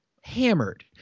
hammered